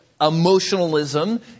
emotionalism